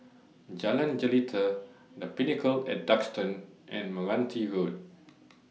Jalan Jelita The Pinnacle A tDuxton and Meranti Road